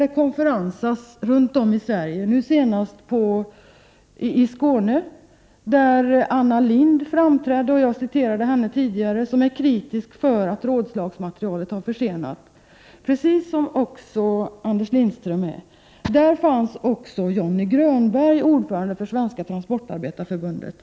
Just nu ”konferensas” det runt om i Sverige, nu senast i Skåne, där Anna Lindh framträdde — jag citerade henne tidigare — och var kritisk mot att rådslagsmaterialet försenats. Det var också Anders Lindström. Där fanns också Jonny Grönberg, ordförande för Svenska Transportarbetareförbundet.